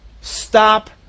stop